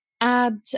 add